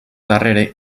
darrere